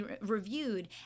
reviewed